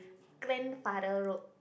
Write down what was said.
grandfather road